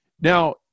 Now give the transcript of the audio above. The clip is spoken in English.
Now